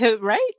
Right